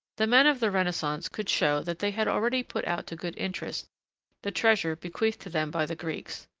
the men of the renaissance could show that they had already put out to good interest the treasure bequeathed to them by the greeks.